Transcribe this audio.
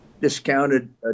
discounted